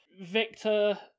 Victor